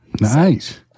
Nice